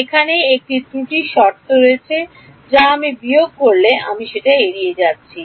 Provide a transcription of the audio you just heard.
এখানে একটি ত্রুটি শর্ত রয়েছে যা আমি বিয়োগ করলে আমি এড়িয়ে যাচ্ছি